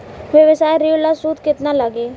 व्यवसाय ऋण ला सूद केतना लागी?